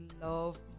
love